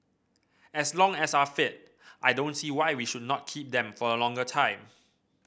as long as are fit I don't see why we should not keep them for a longer time